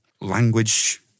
language